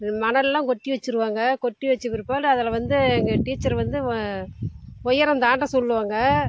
இது மணல்லாம் கொட்டி வச்சிடுவாங்க கொட்டி வைச்ச பிற்பாடு அதில் வந்து எங்கள் டீச்சர் வந்து உயரம் தாண்ட சொல்வாங்க